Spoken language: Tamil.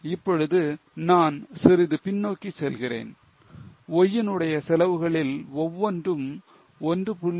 இப்பொழுது நான் சிறிது பின்னோக்கி செல்கிறேன் Y னுடைய செலவுகளில் ஒவ்வொன்றும் 1